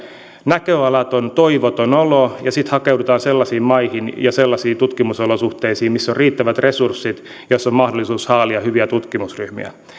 näköalaton toivoton olo ja sitten hakeudutaan sellaisiin maihin ja sellaisiin tutkimusolosuhteisiin joissa on riittävät resurssit ja joissa on mahdollisuus haalia hyviä tutkimusryhmiä